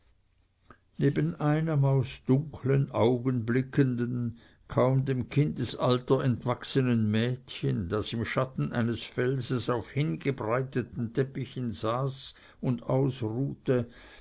neben einem aus dunkeln augen blickenden kaum dem kindesalter entwachsenen mädchen das im schatten eines felsens auf hingebreiteten teppichen saß und ausruhte